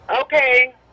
Okay